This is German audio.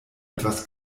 etwas